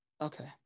Okay